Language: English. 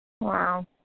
Wow